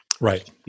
Right